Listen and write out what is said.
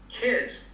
kids